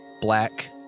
black